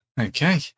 Okay